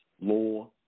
Law